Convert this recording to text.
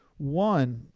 one,